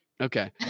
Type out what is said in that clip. Okay